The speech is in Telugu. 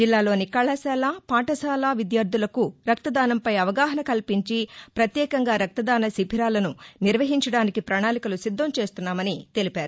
జిల్లాలోని కళాశాల పాఠశాల విద్యార్థులకు రక్తదాసంపై అవగాహన కల్పించి ప్రత్యేకంగా రక్త దాన శిబీరాలను నిర్వహించడానికి పణాళికలు సిద్దం చేస్తున్నామని తెలిపారు